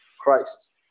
Christ